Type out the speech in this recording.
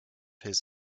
his